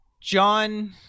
john